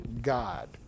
God